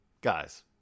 Guys